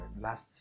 last